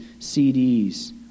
CDs